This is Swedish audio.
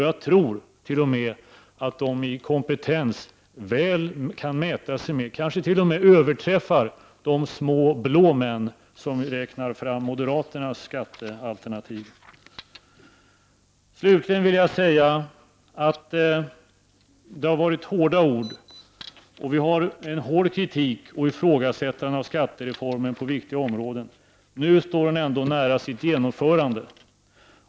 Jag tror att de i kompetens kan mäta sig med, kanske t.o.m. överträffa, de små blå män som räknar fram moderaternas skattealternativ. Slutligen vill jag säga att det har varit hårda ord — att vi mött hård kritik och ifrågasättande av skattereformen på viktiga områden. Nu står den ändå nära sitt genomförande.